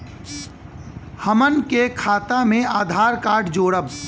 हमन के खाता मे आधार कार्ड जोड़ब?